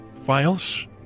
files